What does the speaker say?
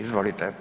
Izvolite.